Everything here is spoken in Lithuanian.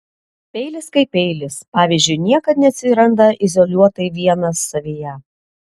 peilis kaip peilis pavyzdžiui niekad neatsiranda izoliuotai vienas savyje